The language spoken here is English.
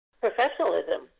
professionalism